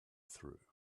through